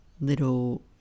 little